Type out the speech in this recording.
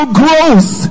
growth